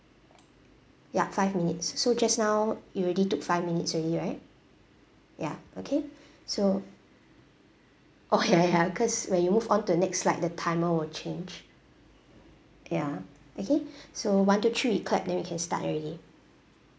ya five minute so so just now you already took five minutes already right ya okay so oh ya ya because when you move on to next slide the timer will change ya okay so one two three clap then we can start already